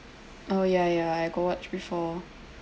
oh ya ya I got watch before